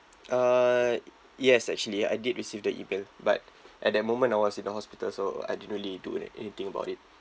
uh yes actually I did receive the email but at that moment I was in the hospital so I didn't really do anything about it